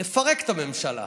לפרק את הממשלה.